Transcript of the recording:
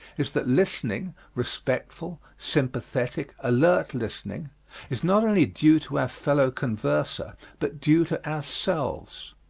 is that listening respectful, sympathetic, alert listening is not only due to our fellow converser but due to ourselves.